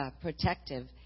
protective